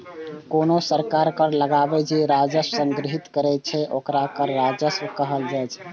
कोनो सरकार कर लगाके जे राजस्व संग्रहीत करै छै, ओकरा कर राजस्व कहल जाइ छै